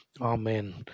Amen